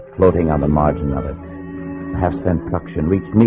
floating on the margin of it half spent suction reached